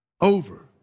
over